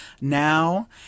now